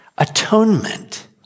Atonement